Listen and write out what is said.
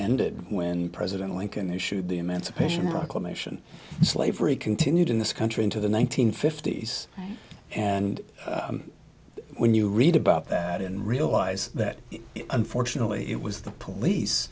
ended when president lincoln issued the emancipation proclamation slavery continued in this country into the one nine hundred fifty s and when you read about that and realize that unfortunately it was the police